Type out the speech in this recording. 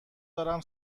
دارم